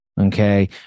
okay